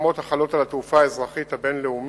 אמות מידה החלות על התעופה האזרחית הבין-לאומיות